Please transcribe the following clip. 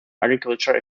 agricultural